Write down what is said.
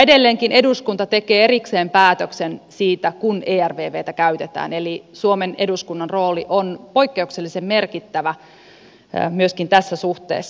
edelleenkin eduskunta tekee erikseen päätöksen siitä kun ervvtä käytetään eli suomen eduskunnan rooli on poikkeuksellisen merkittävä myöskin tässä suhteessa